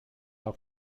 how